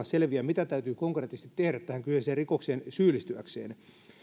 selviä mitä täytyy konkreettisesti tehdä tähän kyseiseen rikokseen syyllistyäkseen